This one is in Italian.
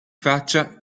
faccia